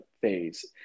phase